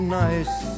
nice